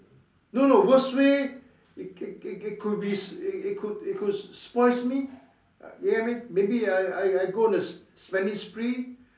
no no worst way it it it it could be it could it could spoils me get what I mean maybe I I I go on a spending spree